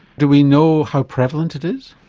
do we know how prevalent it is?